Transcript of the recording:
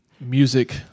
music